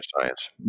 science